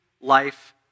life